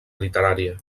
literària